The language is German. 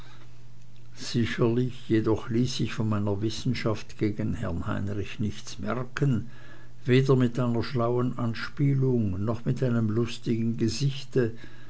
sicherlich jedoch ließ ich von meiner wissenschaft gegen herrn heinrich nichts merken weder mit einer schlauen anspielung noch mit einem lustigen gesichte